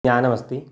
ज्ञानमस्ति